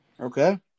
okay